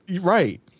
Right